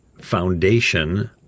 foundation